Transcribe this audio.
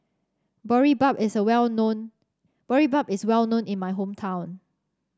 Boribap is a well known Boribap is well known in my hometown